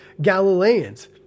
Galileans